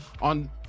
on